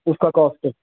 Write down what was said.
اس کا کاسٹ